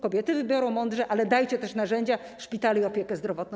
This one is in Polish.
Kobiety wybiorą mądrze, ale dajcie też narzędzia, szpital i opiekę zdrowotną.